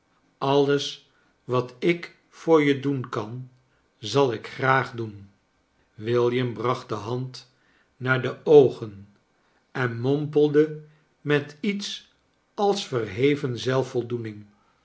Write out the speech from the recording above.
alles wat ik voor je doen kan zal ik graag doen william bracht de hand naar de oogen en mompelde met iets als verheven